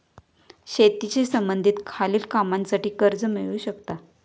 शेतीशी संबंधित खालील कामांसाठी कर्ज मिळू शकता